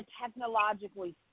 technologically